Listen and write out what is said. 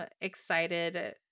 excited